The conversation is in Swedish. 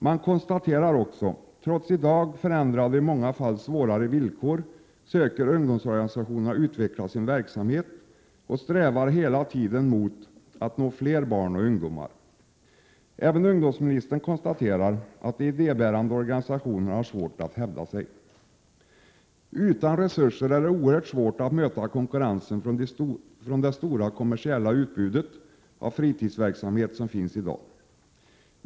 Man konstaterar också att trots de i dag förändrade och i många fall svårare villkoren söker ungdomsorganisationerna utveckla sin verksamhet och strävar hela tiden mot att nå fler barn och ungdomar. Även ungdomsministern konstaterar att de idébärande organisationerna har svårt att hävda sig. Utan resurser är det oerhört svårt att möta konkurrensen från det stora kommersiella utbudet av fritidsverksamhet som finns i dag.